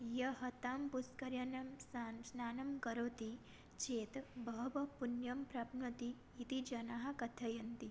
यः तां पुष्करिण्यां स्नानं स्नानं करोति चेत् बहुपुण्यं प्राप्नोति इति जनाः कथयन्ति